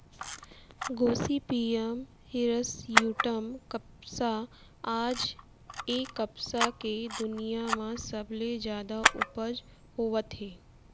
Gossypium hirsutum कपसा आज ए कपसा के दुनिया म सबले जादा उपज होवत हे